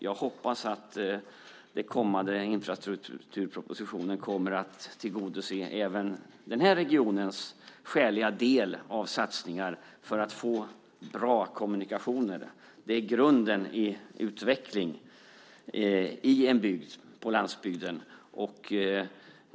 Jag hoppas att den kommande infrastrukturpropositionen kommer att tillgodose även den här regionens skäliga behov av satsningar för att få bra kommunikationer. Det är grunden i utvecklingen av vår del av landsbygden.